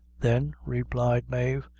then, replied mave.